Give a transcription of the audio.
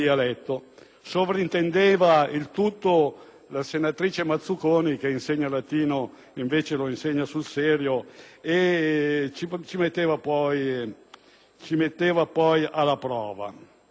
sovrintendeva il tutto la senatrice Mazzuconi, che latino invece lo insegna sul serio, e ci metteva poi alla prova.